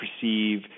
perceive